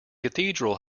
cathedral